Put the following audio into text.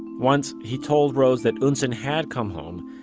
once, he told rose that eunsoon had come home,